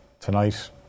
tonight